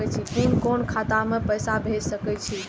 कुन कोण खाता में पैसा भेज सके छी?